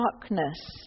darkness